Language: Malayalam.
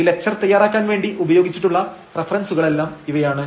ഈ ലക്ച്ചർ തയ്യാറാക്കാൻ വേണ്ടി ഉപയോഗിച്ച റഫറൻസുകൾ ഇവയാണ്